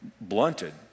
blunted